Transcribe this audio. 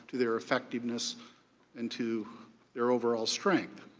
to their effectiveness and to their overall strength.